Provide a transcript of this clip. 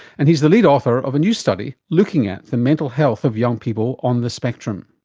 and he is the lead author of a new study looking at the mental health of young people on the spectrum.